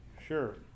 Sure